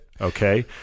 Okay